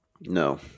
No